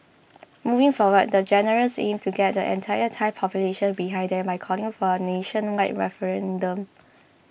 moving forward the generals aim to get the entire Thai population behind them by calling for a nationwide referendum